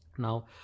Now